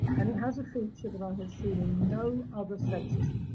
and it has a feature that i have seen in no other census